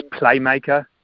playmaker